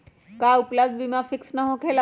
का उपलब्ध बीमा फिक्स न होकेला?